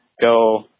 go